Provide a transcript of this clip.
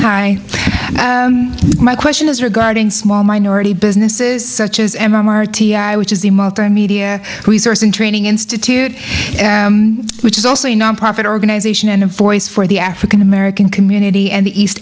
high my question is regarding small minority businesses such as m r t i which is the multimedia resource in training institute which is also a nonprofit organization and a voice for the african american community and the east